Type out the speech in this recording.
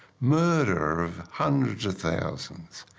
murder of hundreds of thousands,